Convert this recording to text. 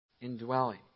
indwelling